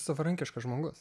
savarankiškas žmogus